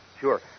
Sure